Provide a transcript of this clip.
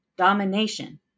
Domination